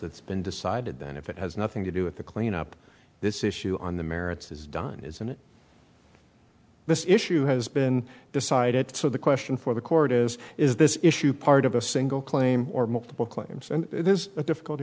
that's been decided that if it has nothing to do with the clean up this issue on the merits is done isn't it this issue has been decided so the question for the court is is this issue part of a single claim or multiple claims and this is a difficult